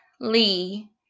Lee